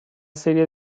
serie